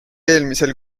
eelmisel